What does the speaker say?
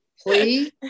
please